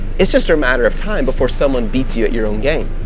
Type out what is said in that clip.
it's just a matter of time before someone beats you at your own game,